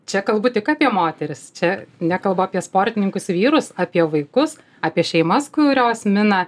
čia kalbu tik apie moteris čia nekalbu apie sportininkus vyrus apie vaikus apie šeimas kurios mina